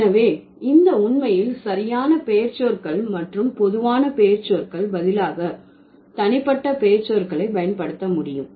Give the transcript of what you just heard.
எனவே இந்த உண்மையில் சரியான பெயர்ச்சொற்கள் மற்றும் பொதுவான பெயர்ச்சொற்கள் பதிலாக தனிப்பட்ட பெயர்ச்சொற்களை பயன்படுத்த முடியும்